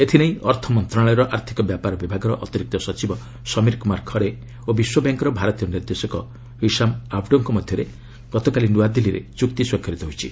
ଏଥିନେଇ ଅର୍ଥମନ୍ତ୍ରଣାଳୟର ଆର୍ଥିକ ବ୍ୟାପାର ବିଭାଗର ଅତିରିକ୍ତ ସଚିବ ସମୀର କୁମାର ଖାରେ ଓ ବିଶ୍ୱବ୍ୟାଙ୍କ୍ର ଭାରତୀୟ ନିର୍ଦ୍ଦେଶକ ହିସାମ୍ ଆବ୍ଡୋଙ୍କ ମଧ୍ୟରେ ଗତକାଲି ନୂଆଦିଲ୍ଲୀଠାରେ ଚୁକ୍ତି ସ୍ୱାକ୍ଷରିତ ହୋଇଛି